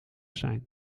zijn